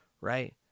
right